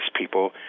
people